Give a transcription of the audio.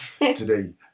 today